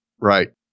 Right